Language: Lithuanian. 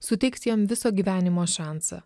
suteiks jam viso gyvenimo šansą